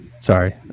Sorry